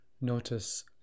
notice